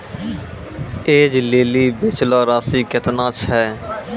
ऐज लेली बचलो राशि केतना छै?